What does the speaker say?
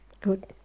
Good